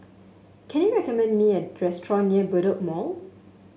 can you recommend me a restaurant near Bedok Mall